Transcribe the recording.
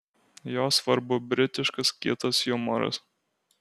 jo svarbu britiškas kietas jumoras